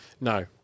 no